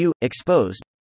exposed